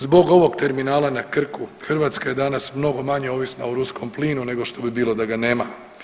Zbog ovog terminala na Krku Hrvatska je danas mnogo manje ovisna o ruskom plinu nego što bi bilo da ga nema.